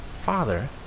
Father